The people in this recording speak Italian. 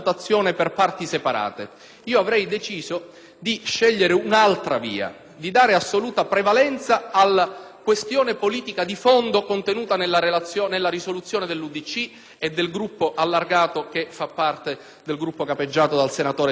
di dare assoluta prevalenza alla questione politica di fondo contenuta nella proposta di risoluzione dell'UDC e del Gruppo allargato capeggiato dal senatore D'Alia. Iltema di fondo è che l'UDC ed altri Gruppi parlamentari oggi